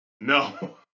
No